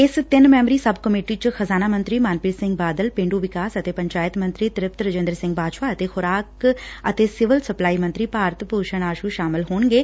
ਇਸ ਤਿੰਨ ਮੈਂਬਰੀ ਸਬ ਕਮੇਟੀ ਚ ਖ਼ਜ਼ਾਨਾ ਮੰਤਰੀ ਮਨਪ੍ੀਤ ਸਿੰਘ ਬਾਦਲ ਪੇਂਡੁ ਵਿਕਾਸ ਅਤੇ ਪੰਚਾਇਤ ਮੰਤਰੀ ਤ੍ਰਿਪਤ ਰਜਿੰਦਰ ਸਿੰਘ ਬਾਜਵਾ ਅਤੇ ਖੁਰਾਕ ਅਤੇ ਸਿਵਲ ਸਪਲਾਈ ਮੰਤਰੀ ਭਾਰਤ ਭੁਸ਼ਣ ਆਸੁ ਸ਼ਾਮਲ ਹੋਣਗੇ